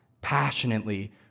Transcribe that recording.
passionately